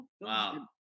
Wow